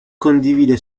condivide